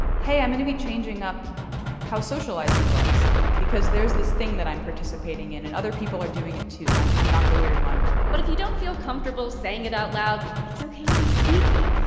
hey, i'm going to be changing up how socializing looks because there's this thing that i'm participating in, and other people are doing it, too. i'm i'm not the weird one but if you don't feel comfortable saying it out loud, it's ok to be sneaky.